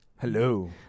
hello